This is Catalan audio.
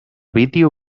vídeo